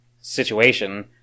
situation